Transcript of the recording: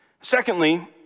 Secondly